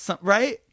Right